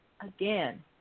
again